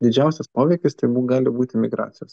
didžiausias poveikis tai mum gali būti migracijos